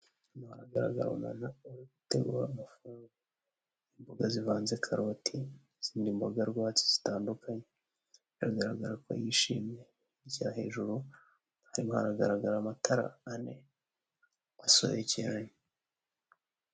Haragaragara umuntu uri gutegura amafunguro ari mo imboga zivanze, karoti n'izindi mboga rwatsi zitandukanye biragaragara ko yishimye bishyira hejuru harimo haragaragara amatara ane asobekeranye.